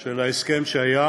של ההסכם שהיה